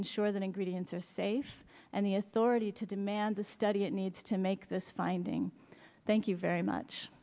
ensure that ingredients are safe and the authority to demand the study it needs to make this finding thank you very much